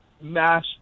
mass